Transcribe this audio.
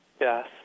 Yes